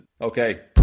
Okay